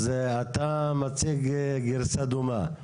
אז אתה מציג גרסה דומה.